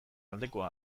aldeko